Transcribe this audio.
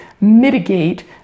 mitigate